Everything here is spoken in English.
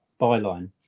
byline